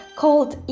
called